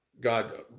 God